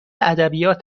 ادبیات